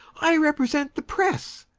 i represent the press.